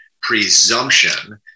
presumption